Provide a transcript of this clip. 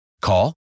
Call